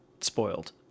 spoiled